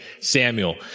Samuel